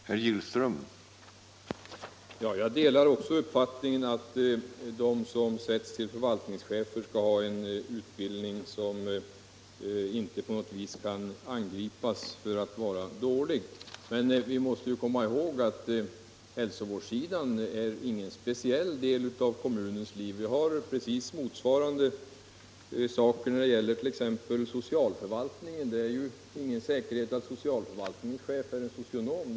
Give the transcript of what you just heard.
Herr talman! Jag delar uppfattningen att de som tillsätts som förvaltningschefer skall ha en utbildning som inte på något sätt kan anses som dålig. Men vi måste komma ihåg att hälsovårdsområdet inte är någon speciell del av kommunens liv. Vi har motsvarande förhållanden när det gäller t.ex. socialförvaltningen. Det är inte säkert att socialförvaltningens chef är socionom.